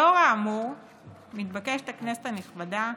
לאור האמור מתבקשת הכנסת הנכבדה